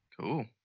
Cool